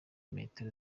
metero